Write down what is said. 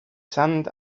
sand